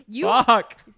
Fuck